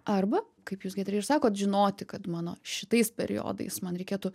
arba kaip jūs giedre ir sakot žinoti kad mano šitais periodais man reikėtų